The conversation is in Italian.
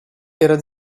era